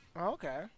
Okay